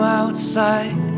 outside